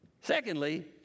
Secondly